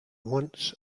wants